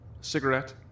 Cigarette